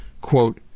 quote